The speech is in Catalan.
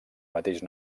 mateix